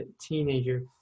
teenager